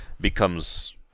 becomes